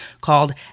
called